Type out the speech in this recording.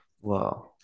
Wow